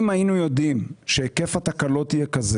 אם היינו יודעים שהיקף התקלות יהיה כזה